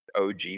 OG